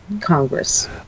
congress